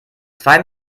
zwei